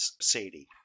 Sadie